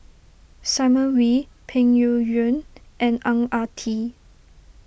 Simon Wee Peng Yuyun and Ang Ah Tee